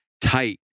tight